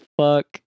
fuck